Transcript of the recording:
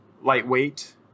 lightweight